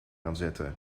aanzetten